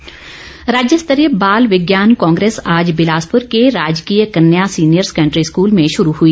विज्ञान congress राज्यस्तरीय बाल विज्ञान कांग्रेस आज बिलासपूर के राजकीय कन्या सीनियर सैकेन्डरी स्कूल में शुरू हुई